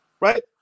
right